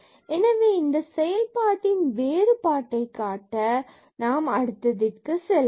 எனவே இந்த செயல்பாட்டின் வேறுபாட்டைக் காட்ட இப்போது அடுத்ததிற்கு செல்வோம்